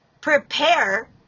prepare